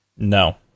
No